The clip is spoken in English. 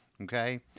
okay